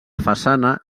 façana